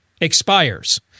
expires